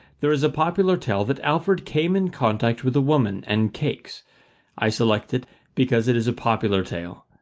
there is a popular tale that alfred came in contact with a woman and cakes i select it because it is a popular tale,